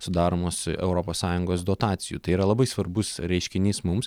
sudaromas europos sąjungos dotacijų tai yra labai svarbus reiškinys mums